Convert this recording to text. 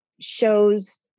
shows